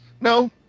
No